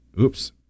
Oops